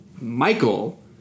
Michael